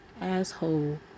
asshole